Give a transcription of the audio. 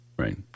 Right